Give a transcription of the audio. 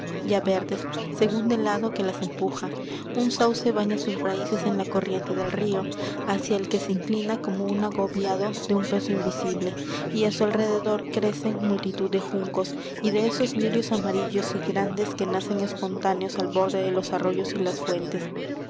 ya verdes según del lado que las empuja un sauce baña sus raíces en la corriente del río hacia el que se inclina como agobiado de un peso invisible y á su alrededor crecen multitud de juncos y de esos lirios amarillos y grandes que nacen espontáneos al borde de los arroyos y las fuentes